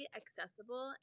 accessible